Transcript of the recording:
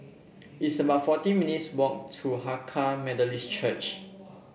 it's about forty minutes' walk to Hakka Methodist Church